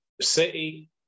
City